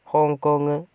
Hong Kong